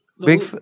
Big